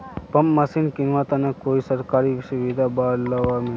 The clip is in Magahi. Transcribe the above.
पंप मशीन किनवार तने कोई सरकारी सुविधा बा लव मिल्बी?